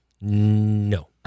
No